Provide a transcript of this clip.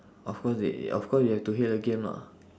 of course they of course you have to hear the game lah